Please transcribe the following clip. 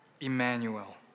Emmanuel